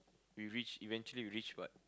we reach eventually we reach what